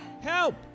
Help